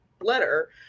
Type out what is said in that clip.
letter